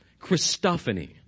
Christophany